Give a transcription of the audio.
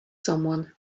someone